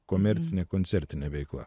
komercine koncertine veikla